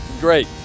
Great